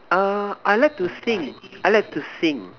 err I like to sing I like to sing